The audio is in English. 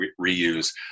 reuse